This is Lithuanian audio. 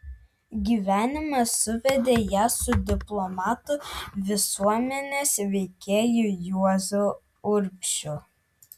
gyvenimas suvedė ją su diplomatu visuomenės veikėju juozu urbšiu